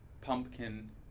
pumpkin